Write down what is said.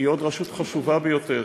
היא עוד רשות חשובה ביותר.